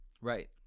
Right